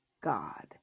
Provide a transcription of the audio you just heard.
god